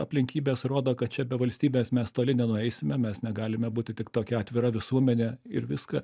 aplinkybės rodo kad čia be valstybės mes toli nenueisime mes negalime būti tik tokia atvira visuomene ir viską